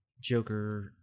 joker